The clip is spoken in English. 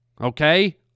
okay